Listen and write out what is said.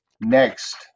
next